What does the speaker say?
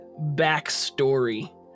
backstory